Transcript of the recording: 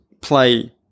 play